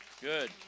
Good